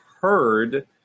heard